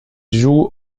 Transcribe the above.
joue